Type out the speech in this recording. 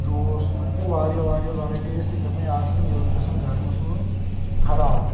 juice مٲنِو تُہۍ واریاہ واریاہ ویرایٹی ٲسۍ یِتھَے پٲٹھۍ آسان یہِ ٲس گژھان گَرمَس منٛز خراب